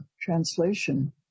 translation